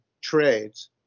trades